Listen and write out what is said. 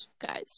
guys